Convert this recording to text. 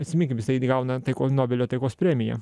atsiminkim jisai gauna taiko nobelio taikos premiją